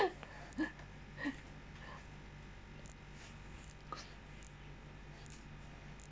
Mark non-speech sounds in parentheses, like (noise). (laughs)